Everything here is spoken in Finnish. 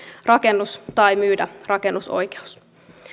rakennus tai myydä rakennusoikeus